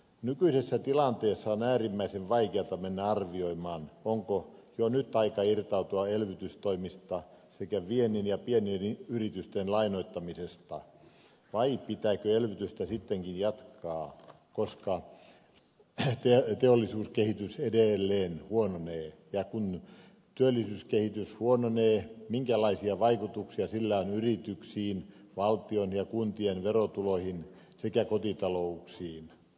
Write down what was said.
nykyisessä tilanteessa on äärimmäisen vaikeata mennä arvioimaan onko jo nyt aika irtautua elvytystoimista sekä viennin ja pienyritysten lainoittamisesta vai pitääkö elvytystä sittenkin jatkaa koska teollisuuskehitys edelleen huononee ja kun työllisyyskehitys huononee minkälaisia vaikutuksia sillä on yrityksiin valtion ja kuntien verotuloihin sekä kotita louksiin